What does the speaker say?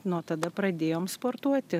nuo tada pradėjom sportuoti